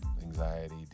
anxiety